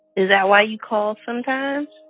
is that why you call, sometimes?